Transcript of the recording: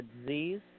disease